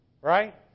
right